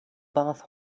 bath